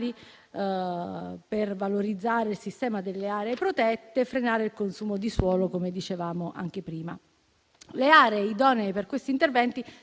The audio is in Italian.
per valorizzare il sistema delle aree protette e frenare il consumo di suolo, come dicevamo anche prima. Le aree idonee per questi interventi